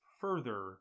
further